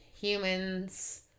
humans